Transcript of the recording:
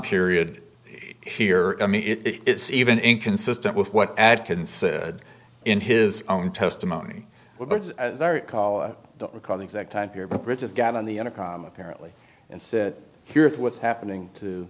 period here i mean it's even inconsistent with what adkins said in his own testimony but as i recall i don't recall the exact time here but richard got on the intercom apparently and said here's what's happening to